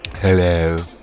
hello